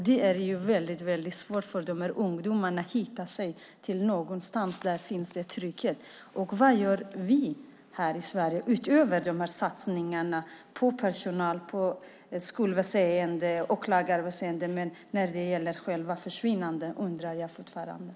Det är väldigt svårt för de här ungdomarna att hitta trygghet någonstans. Vad gör vi i Sverige utöver satsningarna på personal, skolväsen och åklagarväsen? Jag undrar fortfarande vad vi gör när det gäller själva försvinnandet.